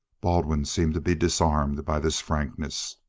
baldwin seemed to be disarmed by this frankness.